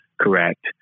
correct